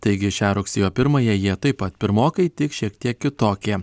taigi šią rugsėjo pirmąją jie taip pat pirmokai tik šiek tiek kitokie